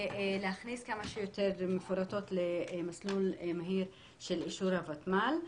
ולהכניס כמה שיותר מפורטות למסלול מהיר של אישור הוותמ"ל.